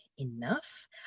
enough